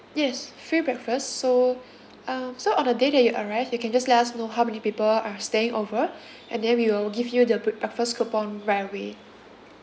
yes free breakfast so um so on the day that you arrive you can just let us know how many people are staying over and then we will give you the bri~ breakfast coupon right away